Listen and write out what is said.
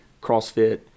CrossFit